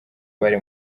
bari